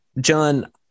john